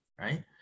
right